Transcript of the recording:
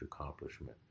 accomplishment